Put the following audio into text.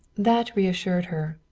that reassured her.